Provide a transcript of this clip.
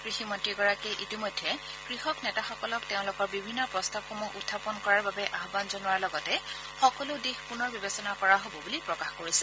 কৃষিমন্ত্ৰীগৰাকীয়ে ইতিমধ্যে কৃষক নেতাসকলক তেওঁলোকৰ বিভিন্ন প্ৰস্তাৱসমূহ উখাপন কৰাৰ বাবে আহান জনোৱাৰ লগতে সকলো দিশ পুনৰ বিবেচনা কৰা হব বুলি প্ৰকাশ কৰিছে